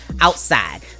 outside